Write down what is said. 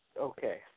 Okay